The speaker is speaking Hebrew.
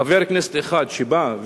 חבר כנסת אחד שבא,